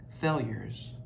failures